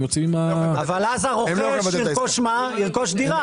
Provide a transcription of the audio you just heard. אבל אז הרוכש ירכוש דירה.